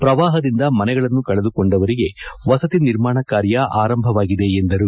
ಪ್ರವಾಹದಿಂದ ಮನೆಗಳನ್ನು ಕಳೆದುಕೊಂಡವರಿಗೆ ವಸತಿ ನಿರ್ಮಾಣ ಕಾರ್ಯ ಆರಂಭವಾಗಿದೆ ಎಂದರು